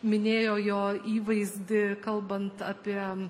minėjo jo įvaizdį kalbant apie